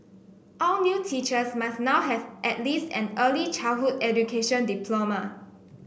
all new teachers must now have at least an early childhood education diploma